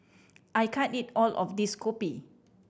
I can't eat all of this kopi